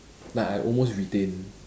like I almost retain